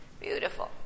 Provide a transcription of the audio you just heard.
Beautiful